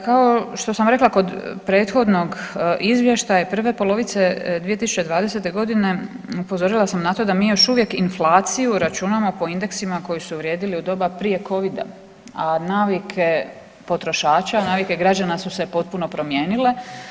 Kao što sam rekla kod prethodnog izvještaja prve polovice 2020. g. upozorila sam na to da mi još uvijek inflaciju računamo po indeksima koji su vrijedili u doba prije Covida, a navike potrošača, navike građana su se potpuno promijenile.